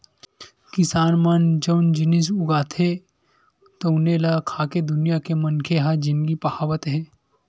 किसान मन जउन जिनिस उगाथे तउने ल खाके दुनिया के मनखे ह जिनगी पहावत हे